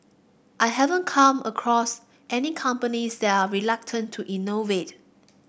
I haven't come across any companies that are reluctant to innovate